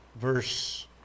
verse